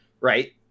right